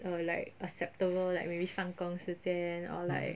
a like acceptable like maybe 放工时间 or like